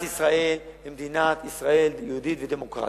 ישראל היא מדינת ישראל יהודית ודמוקרטית.